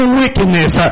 wickedness